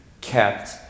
kept